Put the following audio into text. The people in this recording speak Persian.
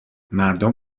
مردم